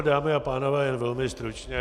Dámy a pánové, velmi stručně.